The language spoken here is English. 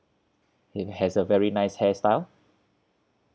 he has a very nice hair style